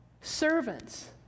Servants